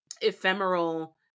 ephemeral